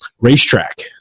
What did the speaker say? racetrack